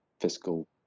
fiscal